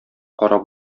карап